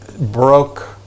broke